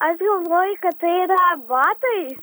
aš galvoju kad tai yra batai